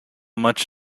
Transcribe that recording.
much